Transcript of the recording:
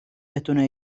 بتونه